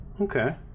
okay